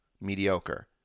mediocre